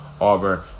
Auburn